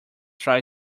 try